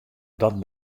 dat